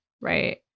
right